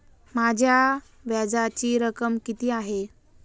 माझ्या व्याजाची रक्कम किती आहे?